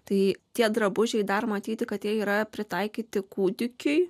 tai tie drabužiai dar matyti kad jie yra pritaikyti kūdikiai